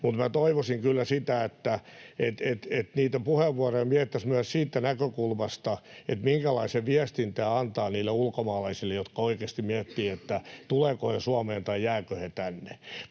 minä toivoisin kyllä sitä, että puheenvuoroja mietittäisiin myös siitä näkökulmasta, minkälaisen viestin tämä antaa niille ulkomaalaisille, jotka oikeasti miettivät, tulevatko he Suomeen tai jäävätkö he tänne.